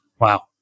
Wow